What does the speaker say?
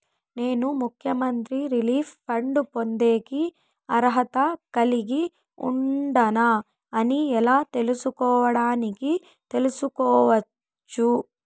నేను ముఖ్యమంత్రి relief fund పొందేకి అర్హత కలిగి ఉండానా అని ఎలా తెలుసుకోవడానికి తెలుసుకోవచ్చు